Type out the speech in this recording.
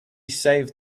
saved